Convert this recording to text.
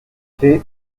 tes